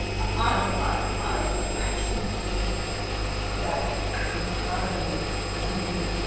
i actually think that ah the economy is gonna be.